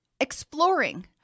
exploring